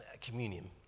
communion